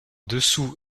dessous